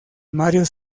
mario